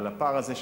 אבל הפער הזה,